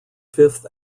fifth